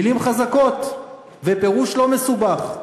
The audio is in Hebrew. מילים חזקות ופירוש לא מסובך.